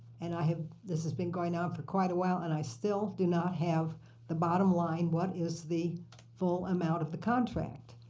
and i have this has been going on for quite a while and i still do not have the bottom line, what is the full amount of the contract.